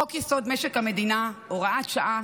חוק-יסוד: משק המדינה (הוראת שעה